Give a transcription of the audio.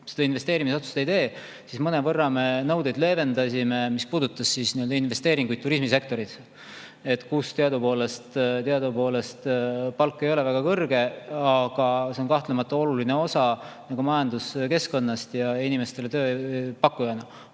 selle investeerimisotsuse teeksid, siis mõnevõrra me nõudeid leevendasime. See puudutas investeeringuid turismisektoris, kus teadupoolest palk ei ole väga kõrge, samas see on kahtlemata oluline osa majanduskeskkonnast ja inimestele töö pakkujana.